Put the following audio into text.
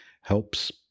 helps